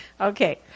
Okay